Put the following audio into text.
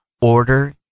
order